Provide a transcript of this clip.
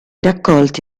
raccolti